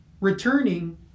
returning